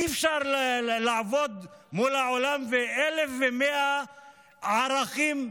אי-אפשר לעבוד מול העולם עם 1,100 ערכים צבועים.